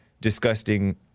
disgusting